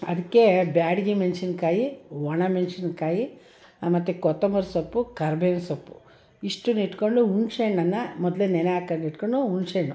ಅದಕ್ಕೆ ಬ್ಯಾಡಗಿ ಮೆಣ್ಸಿನ್ಕಾಯಿ ಒಣಮೆಣ್ಸಿನ್ಕಾಯಿ ಮತ್ತೆ ಕೊತ್ತಂಬರಿ ಸೊಪ್ಪು ಕರ್ಬೇವಿನ ಸೊಪ್ಪು ಇಷ್ಟನ್ನು ಇಟ್ಕೊಂಡು ಹುಣ್ಸೆ ಹಣ್ಣನ್ನ ಮೊದಲೆ ನೆನೆ ಹಾಕೊಂಡು ಇಟ್ಕೊಂಡು ಹುಣ್ಸೆ ಹಣ್ಣು